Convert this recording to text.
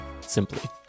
simply